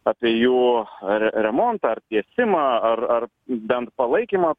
apie jų ar remontą ar tiesimą ar ar bent palaikymą